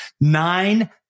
Nine